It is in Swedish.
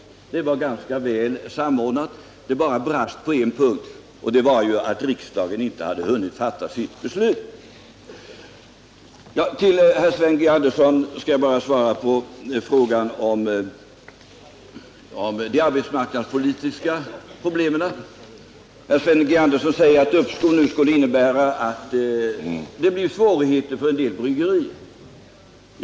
Det var ganska väl samordnat — det brast bara på en enda punkt, nämligen att riksdagen inte hade hunnit fatta sitt beslut. Till Sven Andersson i Örebro skall jag bara ge svar på frågan om de arbetsmarknadspolitiska problemen. Sven Andersson säger att uppskov nu skulle innebära att det blir svårigheter för en del bryggerier.